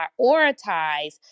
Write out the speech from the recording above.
prioritize